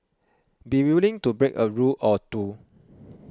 be willing to break a rule or two